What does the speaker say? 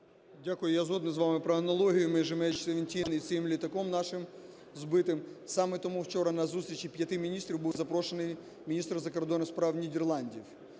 Дякую. Я згоден з вами про аналогію між МН17 і цим літаком нашим збитим. Саме тому вчора на зустріч п'яти міністрів був запрошений міністр закордонних справ Нідерландів,